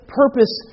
purpose